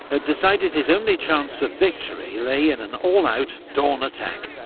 had decided his only chance of victory lay in an all-out, dawn attack.